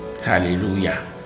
Hallelujah